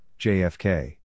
JFK